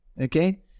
okay